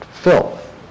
filth